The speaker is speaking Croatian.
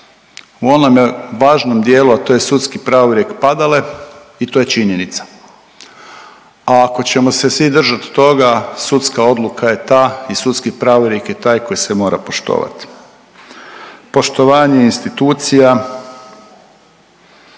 u onome važnom dijelu, a to je sudski pravorijek padale i to je činjenica. A ako ćemo se svi držati toga, sudska odluka je ta i sudski pravorijek je taj koji se mora poštovati. Poštovanje institucija